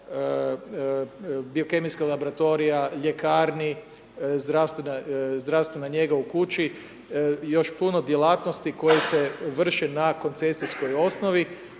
biokemijske laboratorije, ljekarni, zdravstvena njega u kući i još puno djelatnosti koje se vrše na koncesijskoj osnovi.